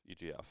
EGF